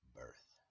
birth